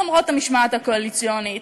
למרות המשמעת הקואליציונית,